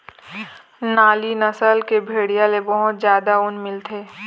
नाली नसल के भेड़िया ले बहुत जादा ऊन मिलथे